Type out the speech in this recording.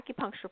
acupuncture